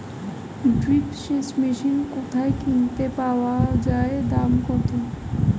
Drip সেচ machine কোথায় কিনতে পাওয়া যায় দাম কত?